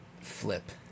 flip